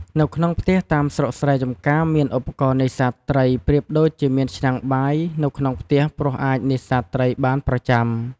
នៅក្នុងផ្ទះតាមស្រុកស្រែចំការមានឧបករណ៍នេសាទត្រីប្រៀបដូចមានឆ្នាំងបាយនៅក្នុងផ្ទះព្រោះអាចនេសាទត្រីបានប្រចាំ។